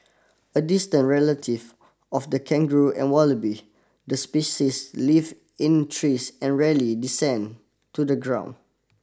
a distant relative of the kangaroo and wallaby the species lives in trees and rarely descend to the ground